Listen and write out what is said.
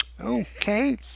Okay